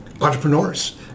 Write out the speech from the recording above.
entrepreneurs